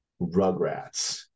Rugrats